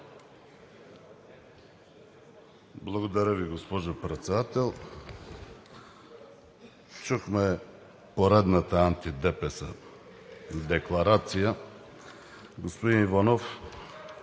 Благодаря Ви, госпожо Председател. Чухме поредната анти-ДПС декларация. Господин Иванов,